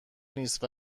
نیست